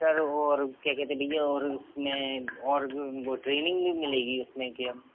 sir और क्या क्या तो देंगे और उसमें और वो ट्रेनिंग भी मिलेगी उसमें क्या